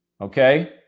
Okay